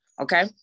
okay